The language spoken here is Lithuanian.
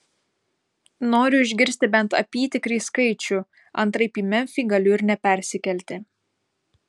noriu išgirsti bent apytikrį skaičių antraip į memfį galiu ir nepersikelti